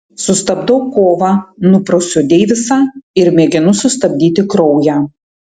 sustabdau kovą nuprausiu deivisą ir mėginu sustabdyti kraują